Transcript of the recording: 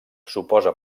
suposa